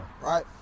Right